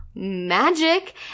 magic